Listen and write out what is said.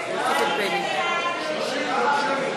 הכנסת (תיקון מס' 44)